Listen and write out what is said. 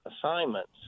assignments